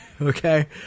okay